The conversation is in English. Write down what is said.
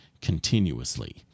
continuously